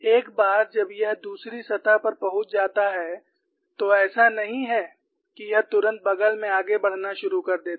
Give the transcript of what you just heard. एक बार जब यह दूसरी सतह पर पहुँच जाता है तो ऐसा नहीं है कि यह तुरंत बग़ल में आगे बढ़ना शुरू कर देता है